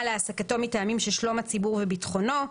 להעסקתו מטעמים של שלום הציבור וביטחונו,